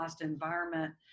environment